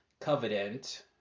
Covenant